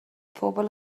pobl